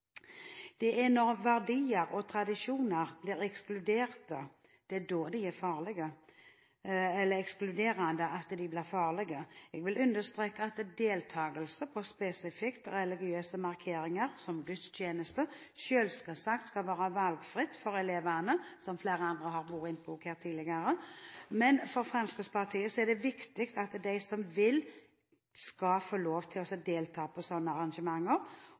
Det er når verdier og tradisjoner blir ekskluderende at de blir farlige. Jeg vil understreke at deltagelse på spesifikt religiøse markeringer, som f.eks. gudstjeneste, selvsagt skal være valgfritt for elevene, som flere andre har vært inne på her tidligere, men for Fremskrittspartiet er det viktig at de som vil, skal få lov til å delta på sånne arrangementer,